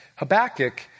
Habakkuk